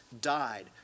died